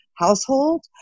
household